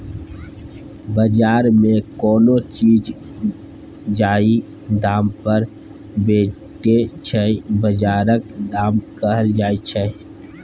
बजार मे कोनो चीज जाहि दाम पर भेटै छै बजारक दाम कहल जाइ छै